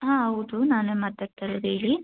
ಹಾಂ ಹೌದು ನಾನೆ ಮಾತಾಡ್ತಾಯಿರೋದು ಹೇಳಿ